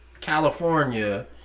California